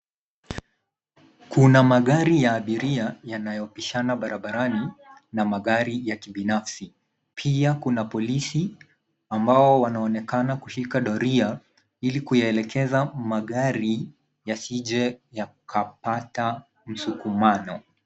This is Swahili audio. Kuna magari ya abiria yanayo pishana barabarani na magari ya kibinafsi. Pia kuna polisi ambao wanaonekana kushika doria ili kuyaelekeza magari yasije yakapata msukumano.